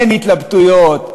אין התלבטויות,